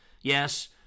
Yes